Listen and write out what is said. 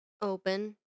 Open